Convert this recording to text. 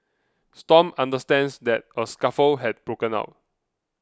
stomp understands that a scuffle had broken out